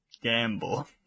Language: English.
Gamble